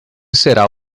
será